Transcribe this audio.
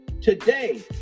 Today